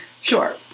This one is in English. Sure